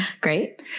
Great